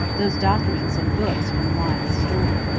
those documents and books from lyne's store.